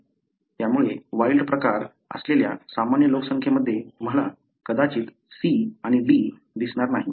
त्यामुळे वाइल्ड प्रकार असलेल्या सामान्य लोकसंख्येमध्ये तुम्हाला कदाचित C आणि D दिसणार नाहीत